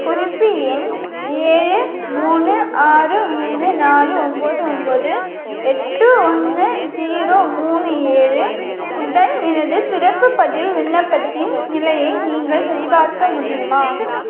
குறிப்பு எண் ஏழு மூணு ஆறு மூணு நாலு ஒம்பது ஒம்பது எட்டு ஒன்று ஜீரோ மூணு ஏழு உடன் எனது பிறப்பு பதிவு விண்ணப்பத்தின் நிலையை நீங்கள் சரிபார்க்க முடியுமா